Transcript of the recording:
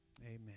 amen